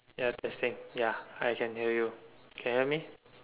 ya testing ya I can hear you can hear me